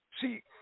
See